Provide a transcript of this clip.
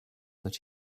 that